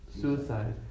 suicide